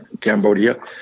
Cambodia